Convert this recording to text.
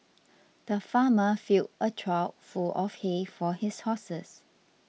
the farmer filled a trough full of hay for his horses